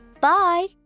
Bye